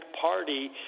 Party